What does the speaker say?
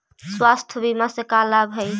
स्वास्थ्य बीमा से का लाभ है?